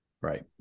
Right